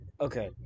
Okay